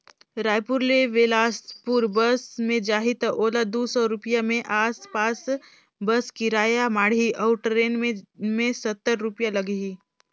रायपुर ले बेलासपुर बस मे जाही त ओला दू सौ रूपिया के आस पास बस किराया माढ़ही अऊ टरेन मे सत्तर रूपिया लागही